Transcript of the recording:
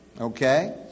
Okay